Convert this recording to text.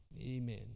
Amen